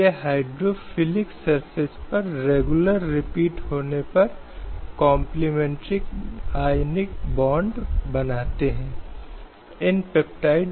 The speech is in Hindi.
स्लाइड समय संदर्भ 0103 हम देश की स्वतंत्रता के साथ भारत के संविधान से शुरू करते हैं देश ने अधिनियमित किया और खुद को संविधान दिया